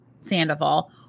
sandoval